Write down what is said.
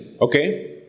Okay